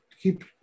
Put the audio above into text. keep